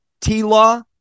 T-Law